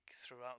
throughout